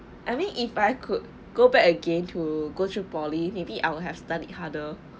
I mean if I could go back again to go through poly maybe I would have study harder